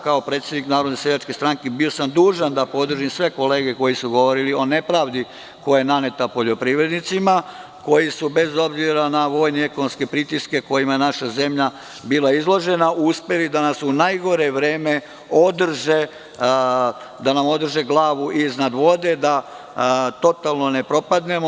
Kao predsednik Narodne seljačke stranke bio sam dužan da podržim sve kolege koji su govorili o nepravdi koja je naneta poljoprivrednicima koji su bez obzira na vojne i ekonomske pritiske kojima je naša zemlja bila izložena, uspeli da nas u najgore vreme održe, da nam održe glavu iznad vode, da totalno ne propadnemo.